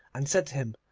and said to him,